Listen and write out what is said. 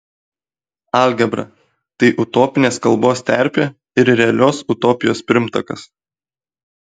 algebra tai utopinės kalbos terpė ir realios utopijos pirmtakas